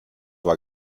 war